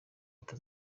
leta